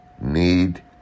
need